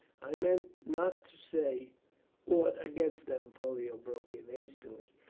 i meant not to say aught against them, pollio broke in hastily.